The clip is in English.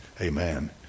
Amen